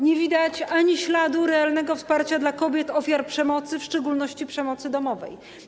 Nie widać ani śladu realnego wsparcia dla kobiet ofiar przemocy, w szczególności przemocy domowej.